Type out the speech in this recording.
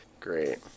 Great